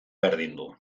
berdindu